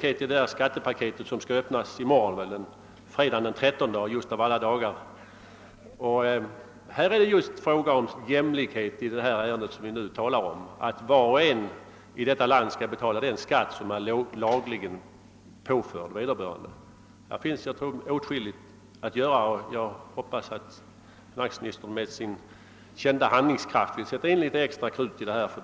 tagit upp i det skattepaket, som skall öppnas i morgon — fredagen den 13 av alla dagar! I det ärende som vi nu talar om är det just fråga om jämlikhet. Var och en i vårt land skall betala den skatt som vederbörande lagligen blivit påförd. Det finns åtskilligt att göra i detta avseende, och jag hoppas att finansministern med sin kända handlingskraft vill sätta in litet extra kraft för att lösa detta problem.